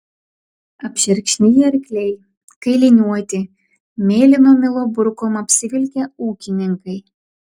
apšerkšniję arkliai kailiniuoti mėlyno milo burkom apsivilkę ūkininkai